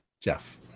Jeff